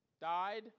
died